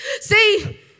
See